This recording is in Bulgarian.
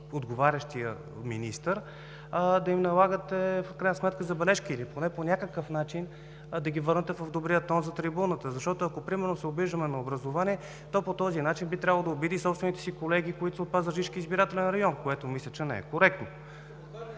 отговарящия министър, да им налагате в крайна сметка забележки или поне по някакъв начин да ги върнете в добрия тон за трибуната. Защото, ако примерно се обиждаме на образование, то по този начин би трябвало да обиди и собствените си колеги, които са от Пазарджишки избирателен район, което мисля, че не е коректно.